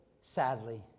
sadly